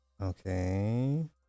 Okay